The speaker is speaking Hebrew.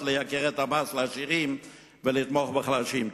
של העלאת המס לעשירים ותמיכה בחלשים.